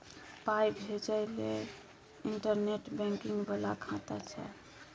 पाय भेजय लए इंटरनेट बैंकिंग बला खाता चाही